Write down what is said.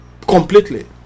completely